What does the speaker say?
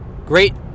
great